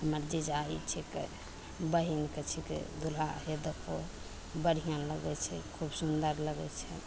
हमर जीजा ई छिकै बहिनके छिकै दुल्हा हे देखहो बढ़िआँ लागै छै खूब सुन्दर लागै छै